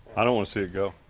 i don't wanna see it go.